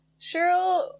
Cheryl